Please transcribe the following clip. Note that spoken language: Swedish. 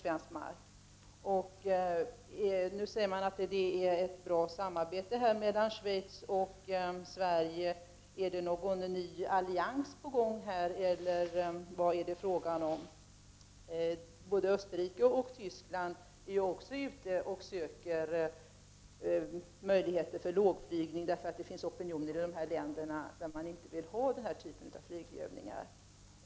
Försvarsministern säger i svaret att samarbetet mellan Schweiz och Sverige är bra. Är det någon ny allians på gång eller vad är det fråga om? Både Österrike och Västtyskland är också ute och söker möjligheter till lågflygning. Det finns nämligen opinioner i de länderna som inte vill ha denna typ av flygövningar.